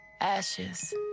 ashes